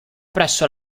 presso